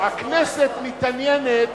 הכנסת מתעניינת